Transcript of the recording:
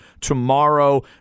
tomorrow